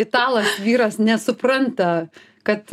italas vyras nesupranta kad